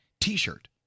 t-shirt